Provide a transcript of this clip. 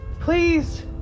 Please